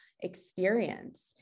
experience